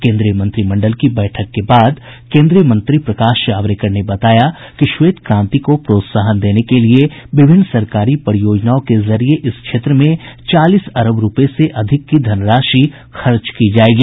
केन्द्रीय मंत्रिमंडल की बैठक के बाद केन्द्रीय मंत्री प्रकाश जावडेकर ने बताया कि श्वेत क्रांति को प्रोत्साहन देने के लिए विभिन्न सरकारी परियोजनाओं के जरिए इस क्षेत्र में चालीस अरब रूपये से अधिक की धनराशि खर्च की जायेगी